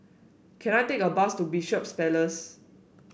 can I take a bus to Bishops Place